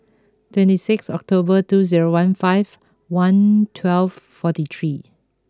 twenty six October two zero one five one twelve forty three